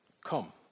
come